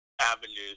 avenues